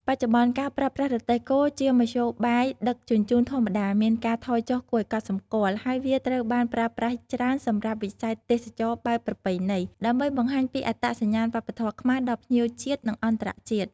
បច្ចុប្បន្ន ការប្រើប្រាស់រទេះគោជាមធ្យោបាយដឹកជញ្ជូនធម្មតាមានការថយចុះគួរឱ្យកត់សម្គាល់ ហើយវាត្រូវបានប្រើប្រាស់ច្រើនសម្រាប់ វិស័យទេសចរណ៍បែបប្រពៃណី ដើម្បីបង្ហាញពីអត្តសញ្ញាណវប្បធម៌ខ្មែរដល់ភ្ញៀវជាតិ និងអន្តរជាតិ ។